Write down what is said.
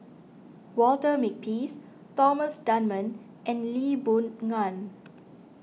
Walter Makepeace Thomas Dunman and Lee Boon Ngan